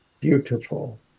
beautiful